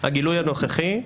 הגילוי הנוכחי,